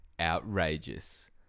outrageous